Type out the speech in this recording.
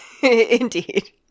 Indeed